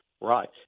Right